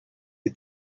the